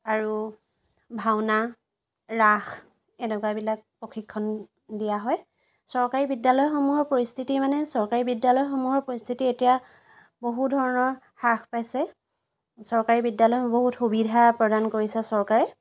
আৰু ভাওনা ৰাস এনেকুৱাবিলাক প্ৰশিক্ষণ দিয়া হয় চৰকাৰী বিদ্যালয়সমূহৰ পৰিস্থিতি মানে চৰকাৰী বিদ্যালয়সমূহৰ পৰিস্থিতি এতিয়া বহু ধৰণৰ হ্ৰাস পাইছে চৰকাৰী বিদ্যালয় বহুত সুবিধা প্ৰদান কৰিছে চৰকাৰে